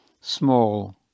small